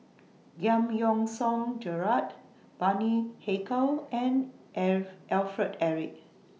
Giam Yean Song Gerald Bani Haykal and F Alfred Eric